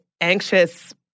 anxious